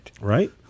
right